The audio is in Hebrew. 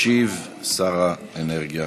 ישיב שר האנרגיה.